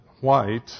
white